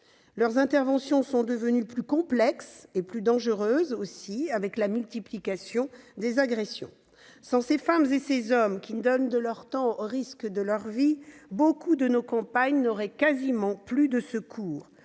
Leurs interventions sont devenues plus complexes et plus dangereuses aussi, avec la multiplication des agressions. Sans ces femmes et ces hommes qui donnent de leur temps au risque de leur vie, beaucoup de nos campagnes n'auraient quasiment plus de secours.